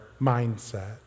mindset